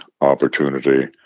opportunity